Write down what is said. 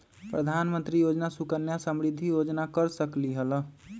प्रधानमंत्री योजना सुकन्या समृद्धि योजना कर सकलीहल?